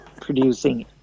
producing